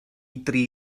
dri